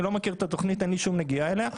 אני לא מכיר את התוכנית, אין לי שום נגיעה אליה.